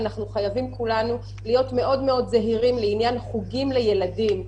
כולנו חייבים להיות מאוד מאוד זהירים בעניין חוגים לילדים.